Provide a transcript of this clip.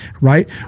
right